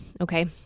Okay